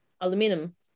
Aluminum